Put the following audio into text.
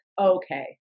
okay